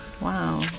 Wow